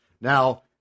Now